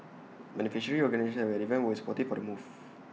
beneficiary organisations at the event were supportive of the move